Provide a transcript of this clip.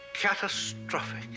Catastrophic